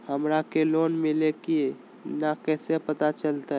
हमरा के लोन मिल्ले की न कैसे पता चलते?